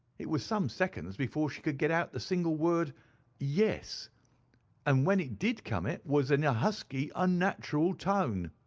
it was some seconds before she could get out the single word yes' and when it did come it was in a husky unnatural tone.